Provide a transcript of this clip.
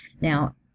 Now